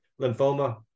lymphoma